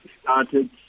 started